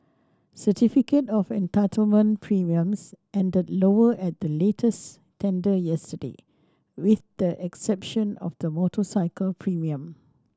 certificate of entitlement premiums ended lower at the latest tender yesterday with the exception of the motorcycle premium